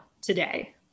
today